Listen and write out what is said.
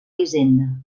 hisenda